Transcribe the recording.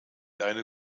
eine